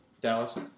Dallas